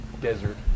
Desert